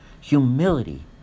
Humility